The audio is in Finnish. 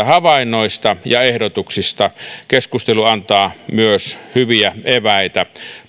havainnoista ja ehdotuksista keskustelu antaa myös hyviä eväitä